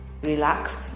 Relaxed